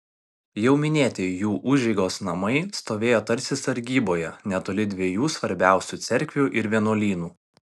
jau minėti jų užeigos namai stovėjo tarsi sargyboje netoli dviejų svarbiausių cerkvių ir vienuolynų